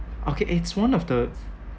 okay it's one of the